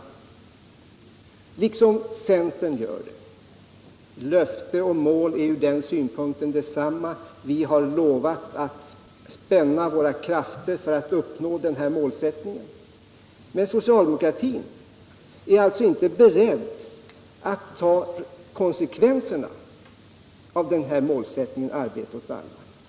Det gör centern också. Löfte och mål är från den synpunkten detsamma — vi har lovat att spänna våra krafter för att uppnå denna målsättning. Men socialdemokratin är alltså inte beredd att ta konsekvenserna av målsättningen arbete åt alla.